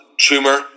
tumor